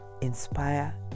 inspire